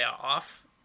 off